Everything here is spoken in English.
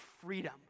freedom